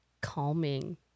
calming